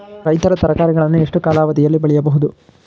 ರೈತರು ತರಕಾರಿಗಳನ್ನು ಎಷ್ಟು ಕಾಲಾವಧಿಯಲ್ಲಿ ಬೆಳೆಯಬಹುದು?